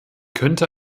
könnte